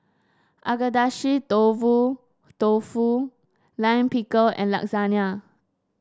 Agedashi Dofu dofu Lime Pickle and Lasagna